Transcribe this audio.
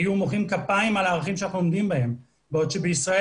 היו מוחאים כפיים על הערכים שאנחנו עומדים בהם בעוד שבישראל